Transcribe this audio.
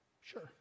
Sure